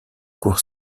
cour